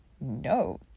no